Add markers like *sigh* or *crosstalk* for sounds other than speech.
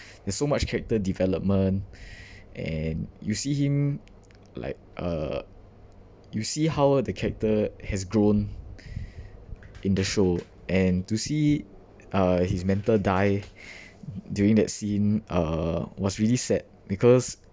there's so much character development *breath* and you see him like uh you see how the character has grown *breath* in the show and to see uh his mentor die *breath* during that scene uh was really sad because